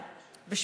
יוחרגו.